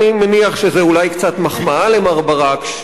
אני מניח שזו אולי קצת מחמאה למר ברק,